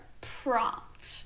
prompt